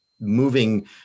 moving